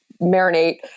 marinate